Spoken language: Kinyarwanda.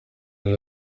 yari